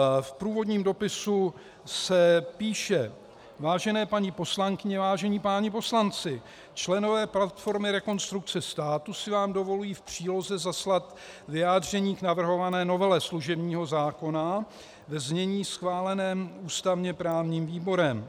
V průvodním dopisu se píše: Vážené paní poslankyně, vážení páni poslanci, členové platformy Rekonstrukce státu si vám dovolují v příloze zaslat vyjádření k navrhované novele služebního zákona ve znění schváleném ústavněprávním výborem.